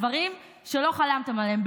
דברים שלא חלמתם עליהם.